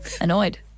annoyed